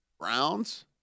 Browns